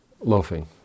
loafing